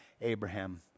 Abraham